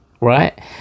right